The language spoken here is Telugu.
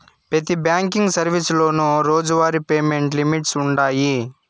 పెతి బ్యాంకింగ్ సర్వీసులోనూ రోజువారీ పేమెంట్ లిమిట్స్ వుండాయి